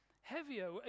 heavier